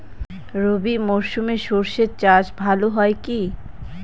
রবি মরশুমে সর্ষে চাস ভালো হয় কি?